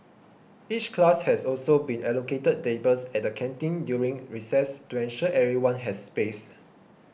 each class has also been allocated tables at the canteen during recess to ensure everyone has space